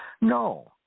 No